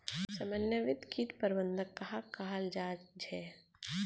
समन्वित किट प्रबंधन कहाक कहाल जाहा झे?